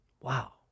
Wow